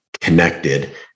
connected